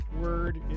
word